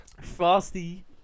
Frosty